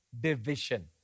division